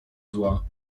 zła